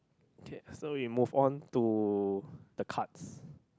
okay so we move on to the cards